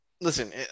Listen